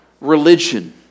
religion